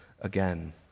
again